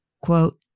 quote